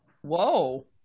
Whoa